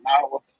now